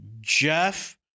Jeff